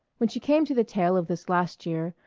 when she came to the tale of this last year,